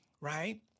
right